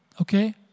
Okay